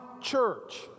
church